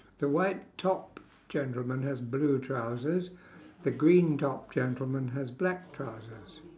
the white top gentleman has blue trousers the green top gentleman has black trousers